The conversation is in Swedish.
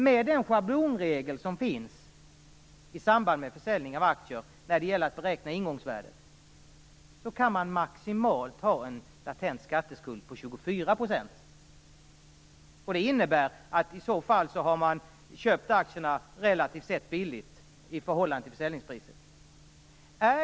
Med den schablonregel som finns för beräkning av ingångsvärdet i samband med försäljning av aktier kan den latenta skatteskulden vara maximalt 24 %. Det innebär att aktierna i så fall har köpts relativt billigt i förhållande till försäljningspriset.